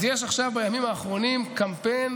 אז יש עכשיו, בימים האחרונים, קמפיין